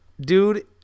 Dude